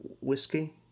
Whiskey